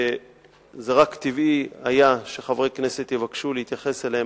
ורק טבעי היה שחברי הכנסת יבקשו להתייחס אליהם